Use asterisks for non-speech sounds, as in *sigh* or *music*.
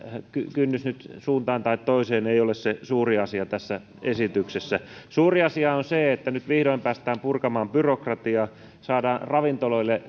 kynnys nyt suuntaan tai toiseen ei ole se suuri asia tässä esityksessä suuri asia on se että nyt vihdoin päästään purkamaan byrokratiaa saadaan ravintoloille *unintelligible*